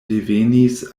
devenis